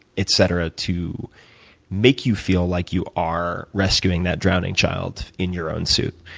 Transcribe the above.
etc. to make you feel like you are rescuing that drowning child in your own suit.